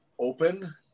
open